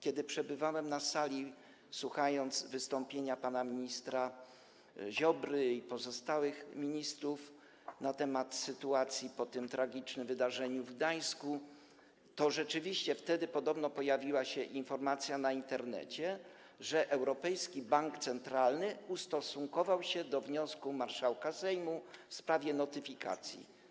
Kiedy przebywałem na sali, słuchając wystąpienia pana ministra Ziobry i pozostałych ministrów na temat sytuacji po tym tragicznym wydarzeniu w Gdańsku, to rzeczywiście wtedy podobno pojawiła się informacja w Internecie, że Europejski Bank Centralny ustosunkował się do wniosku marszałka Sejmu w sprawie notyfikacji.